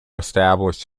established